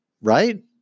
right